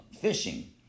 fishing